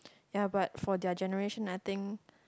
ya but for their generation I think